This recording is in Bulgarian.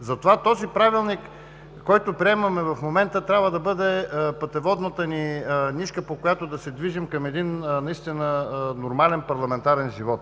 Затова този правилник, който приемаме в момента, трябва да бъде пътеводната ни нишка, по която да се движим към един нормален парламентарен живот,